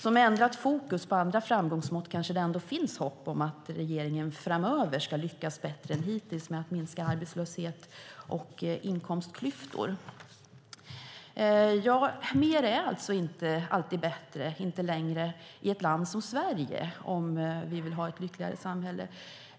Med ändrat fokus på andra framgångsmått kanske det ändå finns hopp om att regeringen framöver ska lyckas bättre än hittills med att minska arbetslöshet och inkomstklyftor. Mer är alltså inte längre alltid bättre i ett land som Sverige, om vi vill ha ett lyckligare samhälle.